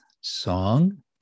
song